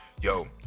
Yo